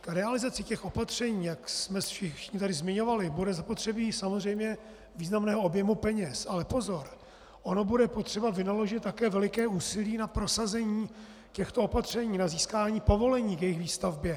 K realizaci těch opatření, jak jsme všichni tady zmiňovali, bude zapotřebí samozřejmě významného objemu peněz, ale pozor, ono bude potřeba vynaložit také veliké úsilí na prosazení těchto opatření, na získání povolení k jejich výstavbě.